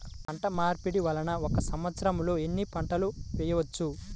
పంటమార్పిడి వలన ఒక్క సంవత్సరంలో ఎన్ని పంటలు వేయవచ్చు?